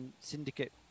syndicate